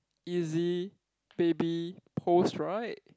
easy baby pose right